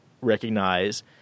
recognize